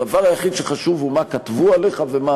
הדבר היחיד שחשוב הוא מה כתבו עליך ומה